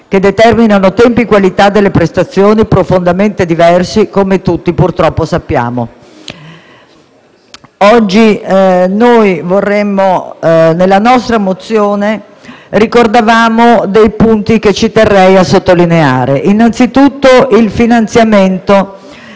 che determinano tempi e qualità delle prestazioni profondamente diversi, come tutti purtroppo sappiamo. Nella nostra mozione ricordiamo alcuni punti che oggi terrei a sottolineare. Innanzitutto il finanziamento